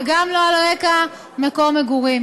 וגם לא על רקע מקום מגורים.